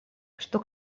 что